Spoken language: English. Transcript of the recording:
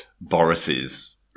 Boris's